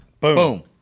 Boom